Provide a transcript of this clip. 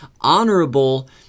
honorable